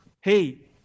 hey